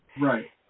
Right